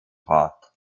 hort